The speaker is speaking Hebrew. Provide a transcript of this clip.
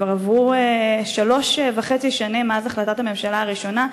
כבר עברו שלוש שנים וחצי מאז החלטת הממשלה הראשונה.